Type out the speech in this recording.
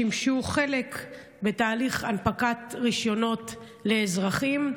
שימשו חלק בתהליך הנפקת רישיונות לאזרחים?